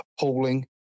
appalling